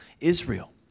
Israel